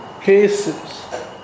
cases